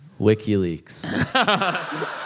WikiLeaks